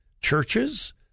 churches